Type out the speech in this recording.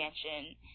expansion